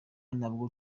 nabwo